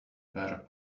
bare